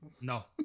No